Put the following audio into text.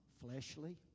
fleshly